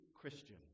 Christian